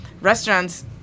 restaurants